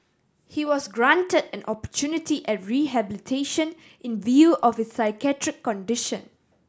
he was granted an opportunity at rehabilitation in view of his psychiatric condition